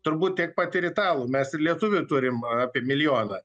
turbūt tiek pat ir italų mes ir lietuvių turim apie milijoną